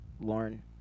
Lauren